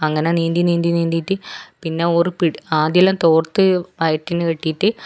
അങ്ങനെ നീന്തി നീന്തി നീന്തീയിട്ട് പിന്നെ ഓര് പിടി ആദ്യമെല്ലാം തോർത്ത് വയറ്റിന് കെട്ടിയിട്ട്